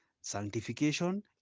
sanctification